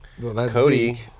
Cody